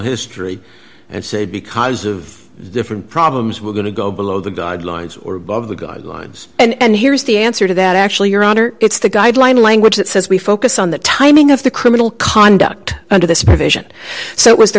history and say because of different problems we're going to go below the guidelines or above the guidelines and here's the answer to that actually your honor it's the guideline language that says we focus on the timing of the criminal conduct under this provision so it was the